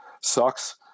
sucks